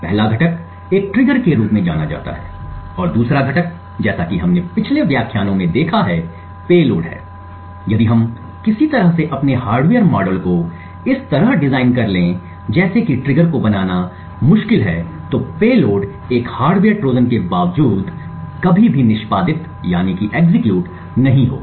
पहला घटक एक ट्रिगर के रूप में जाना जाता है और दूसरा घटक जैसा कि हमने पिछले व्याख्यानों में देखा है पेलोड है यदि हम किसी तरह से अपने हार्डवेयर मॉडल को इस तरह डिजाइन कर लिया जाए जैसे कि ट्रिगर को बनाना मुश्किल है तो पेलोड एक हार्डवेयर ट्रोजन के बावजूद कभी भी निष्पादित नहीं होगा